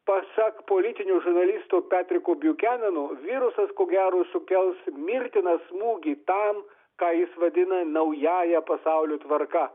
pasak politinio žurnalisto petriko biukeneno virusas ko gero sukels mirtiną smūgį tam ką jis vadina naująja pasaulio tvarka